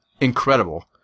incredible